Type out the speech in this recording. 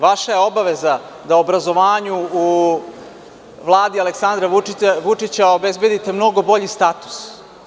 Vaša je obaveza da obrazovanju u Vladi Aleksandra Vučića obezbedite mnogo bolji status.